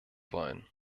wollen